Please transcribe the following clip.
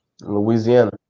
Louisiana